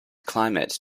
climate